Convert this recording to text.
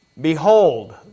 Behold